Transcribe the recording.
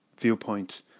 viewpoint